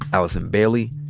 allison bailey,